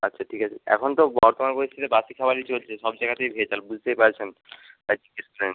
আচ্ছা ঠিক আছে এখন তো বর্তমান পরিস্থিতিতে বাসি খাবারই চলছে সব জায়গাতেই ভেজাল বুঝতেই পারছেন তাই জিজ্ঞেস করে নিলাম